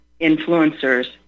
influencers